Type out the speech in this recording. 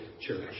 church